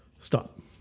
Stop